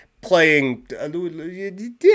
playing